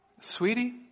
Sweetie